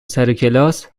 سرکلاس